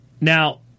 Now